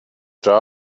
jar